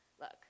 look